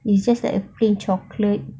it's just like a plain chocolate